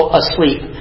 asleep